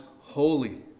holy